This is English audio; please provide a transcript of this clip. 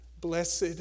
Blessed